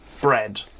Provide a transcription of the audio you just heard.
bread